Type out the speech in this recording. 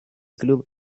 club